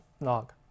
log